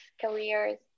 careers